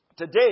Today